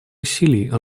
усилий